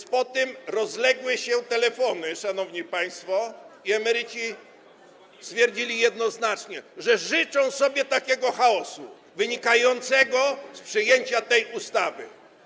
A po tym rozdzwoniły się telefony, szanowni państwo, i emeryci stwierdzili jednoznacznie, że życzą sobie chaosu wynikającego z przyjęcia tej ustawy.